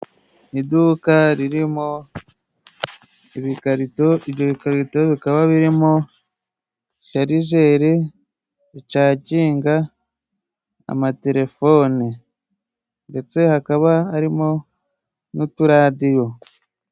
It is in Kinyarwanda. Iduka ririmo ibikarito. Ibyo bikarito bikaba birimo sharijeri zicajinga amatelefone, ndetse hakaba harimo n'uturadiyo.